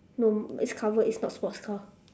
no it's covered it's not sports car